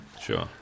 Sure